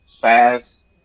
fast